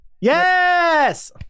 Yes